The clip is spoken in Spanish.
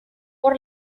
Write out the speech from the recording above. por